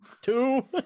two